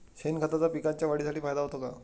शेणखताचा पिकांच्या वाढीसाठी फायदा होतो का?